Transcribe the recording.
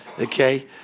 Okay